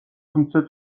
თუმცა